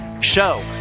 show